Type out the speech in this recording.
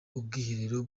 ubwiherero